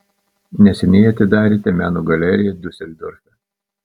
neseniai atidarėte meno galeriją diuseldorfe